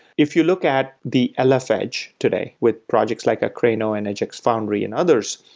if you look at the lf edge today with projects like akraino and edgex foundry and others,